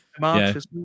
March